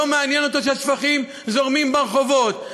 לא מעניין אותו שהשפכים זורמים ברחובות.